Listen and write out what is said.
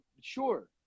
sure